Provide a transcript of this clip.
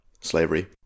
slavery